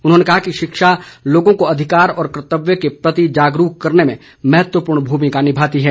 उन्होंने कहा कि शिक्षा लोगों को अधिकार और कर्तव्य के प्रति जागरूक करने में महत्वपूर्ण भूमिका निभाती है